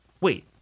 Wait